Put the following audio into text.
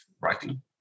writing